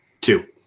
Two